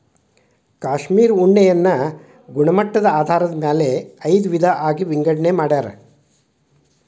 cashmere ಉಣ್ಣೆನ ಗುಣಮಟ್ಟದ ಆಧಾರದ ಮ್ಯಾಲ ಐದ ವಿಧಾ ಆಗಿ ವಿಂಗಡನೆ ಮಾಡ್ಯಾರ